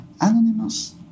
anonymous